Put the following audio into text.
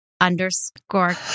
underscore